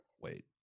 wait